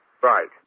Right